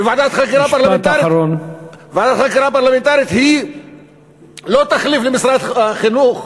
ועדת חקירה פרלמנטרית היא לא תחליף למשרד החינוך,